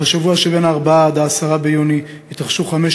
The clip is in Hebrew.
בשבוע שמ-4 עד 10 ביוני התרחשו חמש